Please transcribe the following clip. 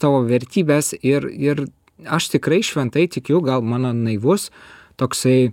tavo vertybes ir ir aš tikrai šventai tikiu gal mano naivus toksai